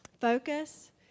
focus